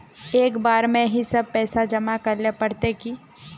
एक बार में ही सब पैसा जमा करले पड़ते की?